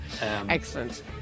Excellent